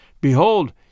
Behold